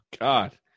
God